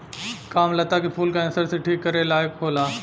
कामलता के फूल कैंसर के ठीक करे लायक होला